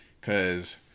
Cause